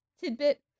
tidbit